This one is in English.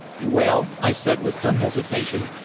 well, i said with some hesitation,